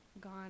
gone